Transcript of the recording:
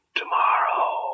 tomorrow